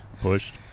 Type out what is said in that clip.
pushed